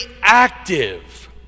active